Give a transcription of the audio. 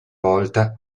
volta